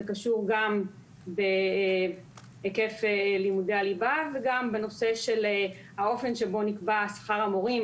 זה קשור גם בהיקף לימודי הליבה וגם בנושא של האופן שבו נקבע שכר המורים